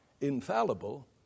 infallible